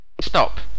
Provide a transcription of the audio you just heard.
Stop